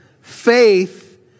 Faith